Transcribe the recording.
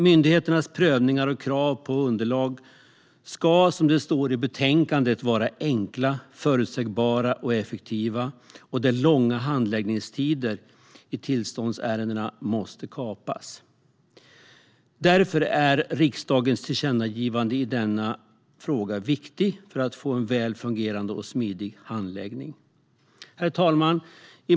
Myndigheternas prövningar och krav på underlag ska, som det står i betänkandet, vara enkla, förutsägbara och effektiva, och de långa handläggningstiderna i tillståndsärendena måste kapas. Därför är riksdagens tillkännagivande i denna fråga viktigt för att få en väl fungerande och smidig handläggning. Herr talman!